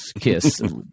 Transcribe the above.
Kiss